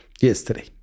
yesterday